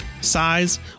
size